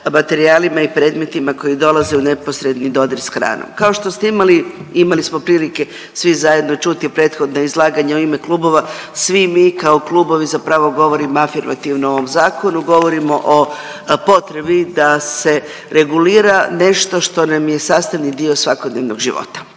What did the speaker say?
materijalima i predmetima koji dolaze u neposredni dodir s hranom. Kao što ste imali, imali smo prilike svi zajedno čuti prethodno izlaganje u ime klubova, svi mi kao klubovi zapravo govorimo afirmativno o ovom zakonu, govorimo o potrebi da se regulira nešto što nam je sastavni dio svakodnevnog života